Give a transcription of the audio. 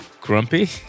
Grumpy